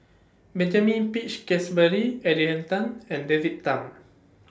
Benjamin Peach Keasberry Adrian Tan and David Tham